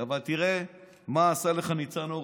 אבל תראה מה עשה לך ניצן הורוביץ.